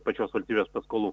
pačios valstybės paskolų